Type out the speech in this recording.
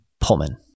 Pullman